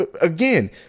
Again